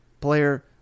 player